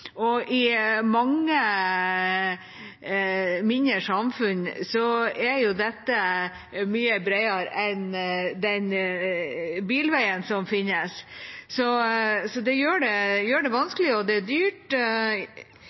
I mange mindre samfunn er dette mye bredere enn den bilveien som finnes, så det gjør det vanskelig, og det er dyrt. Men motivasjonen vår er flere trygge skoleveier og ferdselsårer, så jeg håper at det